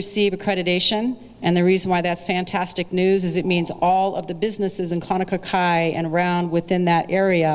receive accreditation and the reason why that's fantastic news is it means all of the businesses in conoco cry and around within that area